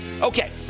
Okay